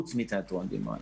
חוץ מתיאטרון דימונה.